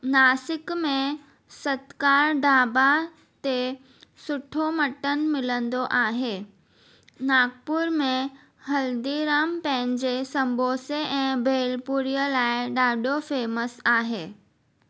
नाशिक में सतकार ढाबा ते सुठो मटन मिलंदो आहे नागपुर में हल्दीराम पंहिंजे सम्बोसे ऐं भेलपुरीअ लाइ ॾाढो फेमस आहे